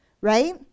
right